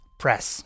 press